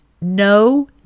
no